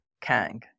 Kang